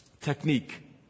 Technique